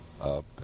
up